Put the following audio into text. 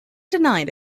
denied